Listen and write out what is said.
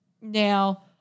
Now